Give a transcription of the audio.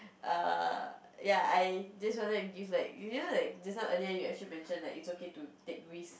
err ya I just wanted to give like you know like just now earlier you actually mention like it's okay to take risk